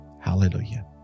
Hallelujah